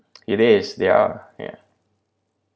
it is there are ya